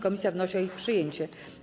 Komisja wnosi o ich przyjęcie.